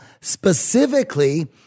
Specifically